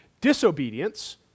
disobedience